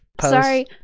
Sorry